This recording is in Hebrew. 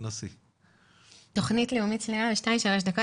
תוכנית לאומית בשתיים-שלוש דקות?